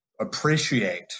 appreciate